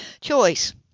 Choice